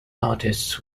artists